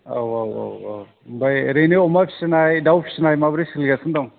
औ औ औ अ ओमफाय बेनो अमा फिसिनाय दाउ फिसिनाय माब्रै सोलिगासिनो दं